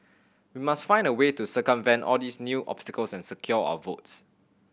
we must find a way to circumvent all these new obstacles and secure our votes